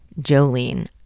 jolene